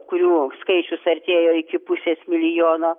kurių skaičius artėjo iki pusės milijono